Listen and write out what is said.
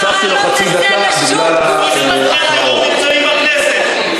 תומכי טרור נמצאים בכנסת.